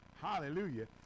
Hallelujah